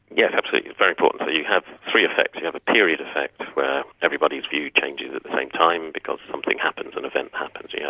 yes, absolutely, it's very important. so you have three effects. you have a period affect where everybody's view changes at the same time because something happens, an event happens, yeah